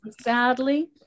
Sadly